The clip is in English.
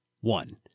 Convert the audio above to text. One